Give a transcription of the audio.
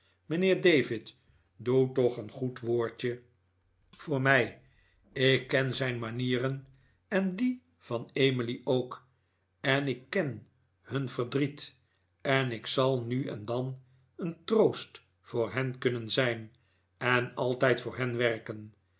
mijnheer david doe toch een goed woordje voor mij ik ken zijn manieren en die van emily ook en ik ken hun verdriet en ik zal nu en dan een troost voor hen kunnen zijn en altijd voor hen werken